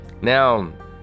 Now